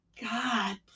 God